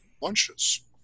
lunches